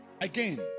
Again